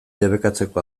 debekatzeko